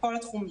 לכל התחומים.